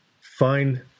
Find